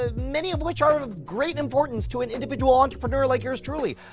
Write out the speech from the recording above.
ah many of which are of of great importance to an individual entrepreneur like yours truly.